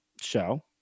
show